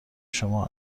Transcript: شما